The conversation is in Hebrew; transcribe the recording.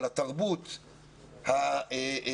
על התרבות הפוליטית,